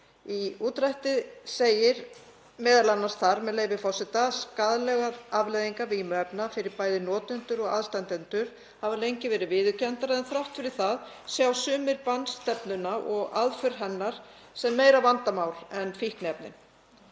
Í útdrætti segir m.a., með leyfi forseta: „Skaðlegar afleiðingar vímuefna fyrir bæði notendur og aðstandendur hafa lengi verið viðurkenndar en þrátt fyrir það sjá sumir bannstefnuna og aðför hennar sem meira vandamál en fíkniefnin.